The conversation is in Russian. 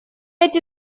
эти